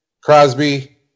Crosby